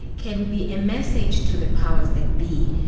can be a message to the powers that be,